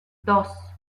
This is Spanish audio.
dos